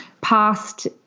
past